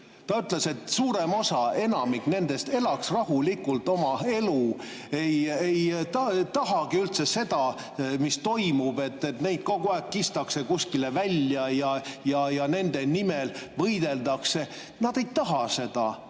Ta ütles, et suurem osa, enamik nendest, elaks rahulikult oma elu, ei taha üldse seda, mis toimub, et neid kogu aeg kistakse kuskile välja ja nende nimel võideldakse. Nad ei taha seda,